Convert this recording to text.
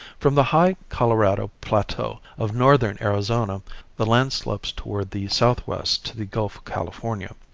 from the high colorado plateau of northern arizona the land slopes toward the southwest to the gulf of california.